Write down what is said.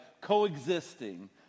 coexisting